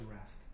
rest